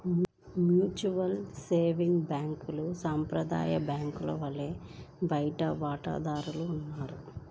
mutual savings బ్యాంక్లకు సాంప్రదాయ బ్యాంకుల వలె బయటి వాటాదారులు ఉండరు